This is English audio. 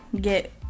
get